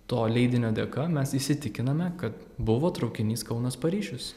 to leidinio dėka mes įsitikiname kad buvo traukinys kaunas paryžius